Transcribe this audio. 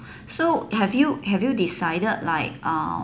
so have you have you decided like uh